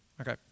Okay